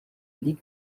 ligue